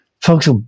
folks